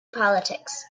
politics